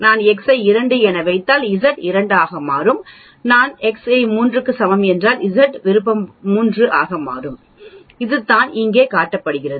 நான் X ஐ 2 என வைத்தால் Z 2 ஆக மாறும் நான் போடும்போது X 3 க்கு சமம் என்றால் Z விருப்பம் 3 ஆக மாறும் அதுதான் இங்கே காட்டப்பட்டுள்ளது